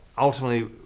Ultimately